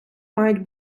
мають